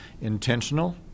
intentional